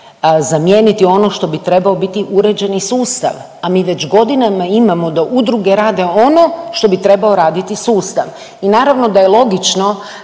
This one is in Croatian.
zamijeniti ono što bi trebao biti uređeni sustav, a mi već godinama imamo da udruge rade ono što bi trebao raditi sustav i naravno da je logično